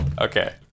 Okay